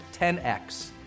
10x